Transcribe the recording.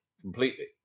completely